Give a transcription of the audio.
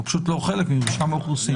הוא פשוט לא חלק ממרשם האוכלוסין.